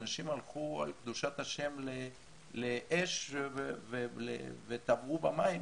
אנשים הלכו על קדושת ה' לאש וטבעו במים,